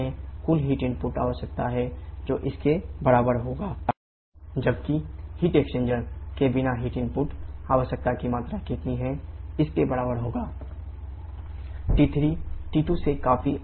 इसके बराबर होगा 𝑞̇𝑖𝑛𝑤𝑖𝑡ℎ𝑜𝑢𝑡 𝐻𝑥 m𝑎cpa T3 T2 से काफी अधिक है